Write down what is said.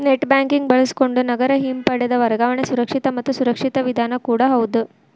net banking ಬಳಸಕೊಂಡ ನಗದ ಹಿಂಪಡೆದ ವರ್ಗಾವಣೆ ಸುರಕ್ಷಿತ ಮತ್ತ ಸುರಕ್ಷಿತ ವಿಧಾನ ಕೂಡ ಹೌದ್